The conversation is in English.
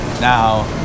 now